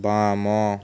ବାମ